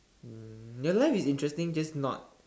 um your life is interesting just not